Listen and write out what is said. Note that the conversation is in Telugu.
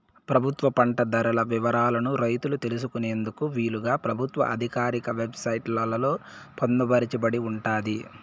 ప్రభుత్వం పంట ధరల వివరాలను రైతులు తెలుసుకునేందుకు వీలుగా ప్రభుత్వ ఆధికారిక వెబ్ సైట్ లలో పొందుపరచబడి ఉంటాది